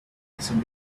listen